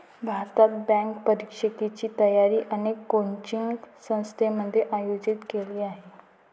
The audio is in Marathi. भारतात, बँक परीक्षेची तयारी अनेक कोचिंग संस्थांमध्ये आयोजित केली जाते